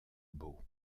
beau